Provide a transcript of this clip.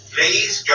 Please